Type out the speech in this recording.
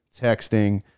texting